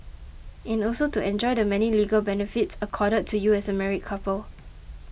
and also to enjoy the many legal benefits accorded to you as a married couple